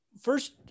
First